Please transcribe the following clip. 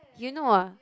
you know ah